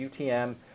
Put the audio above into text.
UTM